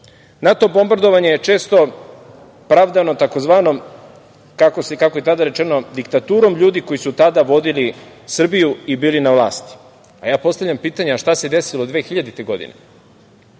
bombardovanje je često pravdano takozvanom, kako je tada rečeno, diktaturom ljudi koji su tada vodili Srbiju i bili na vlasti. Postavljam pitanje, a šta se desilo 2000. godine?